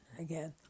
again